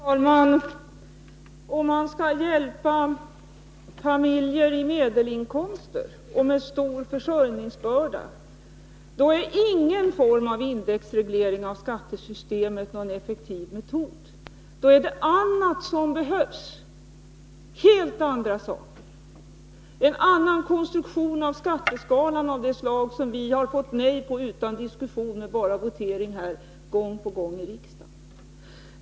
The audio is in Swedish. Herr talman! Om man skall hjälpa familjer med medelinkomster och med stor försörjningsbörda så är ingen form av indexreglering av skattesystemet en effektiv metod. Då är det helt andra saker som behövs. Det behövs en annan konstruktion av skatteskalan, av det slag som vi utan diskussion har 103 fått nej till här i riksdagen gång på gång.